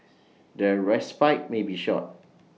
their respite may be short